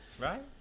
Right